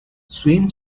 swim